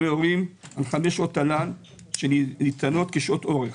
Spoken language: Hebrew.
5 שעות תל"ן שניתנות כשעות אורך.